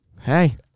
Hey